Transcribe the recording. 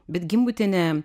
bet gimbutienė